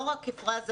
לא רק כפראזה,